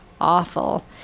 awful